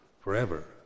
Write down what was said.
forever